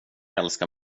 älskar